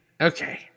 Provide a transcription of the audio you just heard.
Okay